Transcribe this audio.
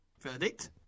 verdict